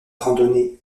randonnée